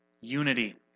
Unity